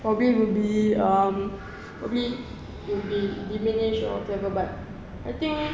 probably will be um probably will be diminish or whatsoever but I think